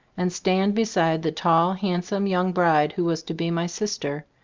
and stand beside the tall, hand some young bride who was to be my sister,